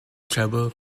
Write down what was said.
travel